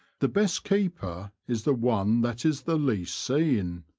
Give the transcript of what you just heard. the best keeper is the one that is the least seen.